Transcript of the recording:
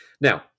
Now